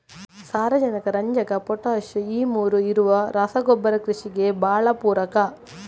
ಸಾರಾಜನಕ, ರಂಜಕ, ಪೊಟಾಷ್ ಈ ಮೂರೂ ಇರುವ ರಸಗೊಬ್ಬರ ಕೃಷಿಗೆ ಭಾಳ ಪೂರಕ